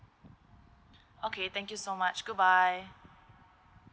okay thank you so much goodbye